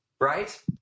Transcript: right